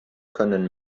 können